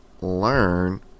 learn